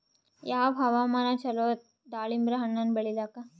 ಯಾವ ಹವಾಮಾನ ಚಲೋ ದಾಲಿಂಬರ ಹಣ್ಣನ್ನ ಬೆಳಿಲಿಕ?